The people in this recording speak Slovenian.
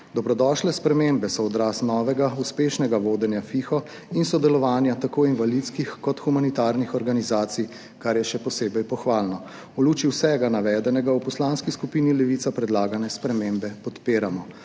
Dobrodošle spremembe so odraz novega uspešnega vodenja FIHO in sodelovanja tako invalidskih kot humanitarnih organizacij, kar je še posebej pohvalno. V luči vsega navedenega v Poslanski skupini Levica predlagane spremembe podpiramo.